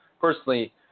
personally